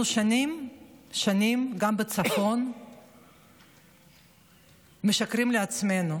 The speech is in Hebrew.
אנחנו שנים שנים גם בצפון משקרים לעצמנו.